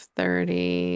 thirty